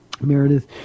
Meredith